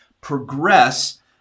progress